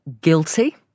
guilty